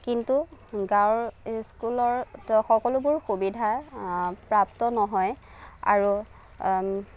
কিন্তু গাঁৱৰ ইস্কুলৰ সকলোবোৰ সুবিধা প্ৰাপ্ত নহয় আৰু